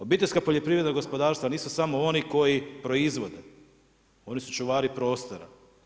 Obiteljska poljoprivredna gospodarstva nisu samo oni koji proizvode, oni su čuvari prostora.